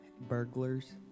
Burglars